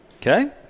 okay